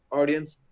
audience